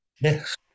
Yes